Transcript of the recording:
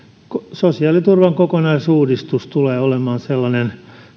sosiaaliturvan kokonaisuudistus tulee varmasti olemaan sellainen